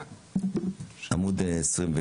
עמוד 28